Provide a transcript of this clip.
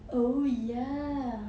oh ya